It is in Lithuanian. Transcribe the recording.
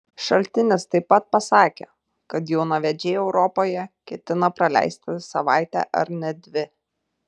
šaltinis taip pat pasakė kad jaunavedžiai europoje ketina praleisti savaitę ar net dvi